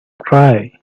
cry